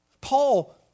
Paul